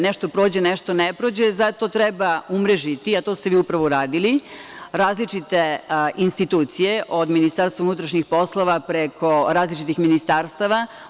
Nešto prođe, nešto ne prođe, zato treba umrežiti, a to ste vi upravo uradili, različite institucije, od Ministarstva unutrašnjih poslova, preko različitih ministarstava.